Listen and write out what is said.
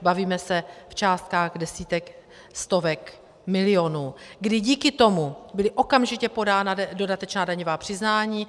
Bavíme se v částkách desítek stovek milionů, kdy díky tomu byla okamžitě podána dodatečná daňová přiznání.